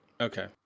Okay